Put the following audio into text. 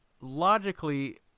logically